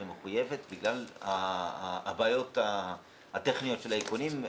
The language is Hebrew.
ומחויבת בגלל הבעיות הטכניות של האיכונים.